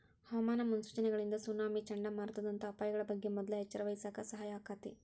ಹವಾಮಾನ ಮುನ್ಸೂಚನೆಗಳಿಂದ ಸುನಾಮಿ, ಚಂಡಮಾರುತದಂತ ಅಪಾಯಗಳ ಬಗ್ಗೆ ಮೊದ್ಲ ಎಚ್ಚರವಹಿಸಾಕ ಸಹಾಯ ಆಕ್ಕೆತಿ